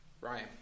Ryan